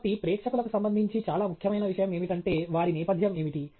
కాబట్టి ప్రేక్షకులకు సంబంధించి చాలా ముఖ్యమైన విషయం ఏమిటంటే వారి నేపథ్యం ఏమిటి